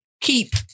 Keep